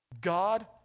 God